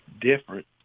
different